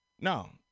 no